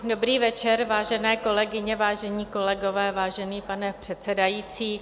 Dobrý večer, vážené kolegyně, vážení kolegové, vážený pane předsedající.